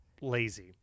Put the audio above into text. lazy